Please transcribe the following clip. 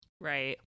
right